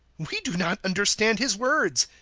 we do not understand his words.